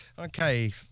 Okay